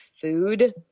food